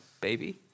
baby